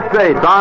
States